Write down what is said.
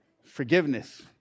Forgiveness